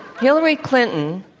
hillary clinton,